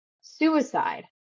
suicide